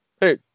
hey